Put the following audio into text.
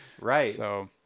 Right